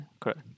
Correct